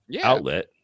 outlet